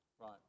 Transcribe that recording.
right